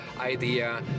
idea